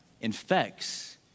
infects